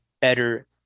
better